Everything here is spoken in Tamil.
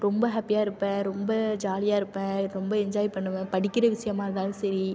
ரொம்ப ஹாப்பியாக இருப்பேன் ரொம்ப ஜாலியாக இருப்பேன் ரொம்ப என்ஜாய் பண்ணுவேன் படிக்கிற விஷயமாக இருந்தாலும் சரி